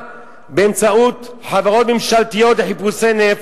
באמצעות חברות ממשלתיות לחיפושי נפט,